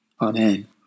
Amen